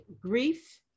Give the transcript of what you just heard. grief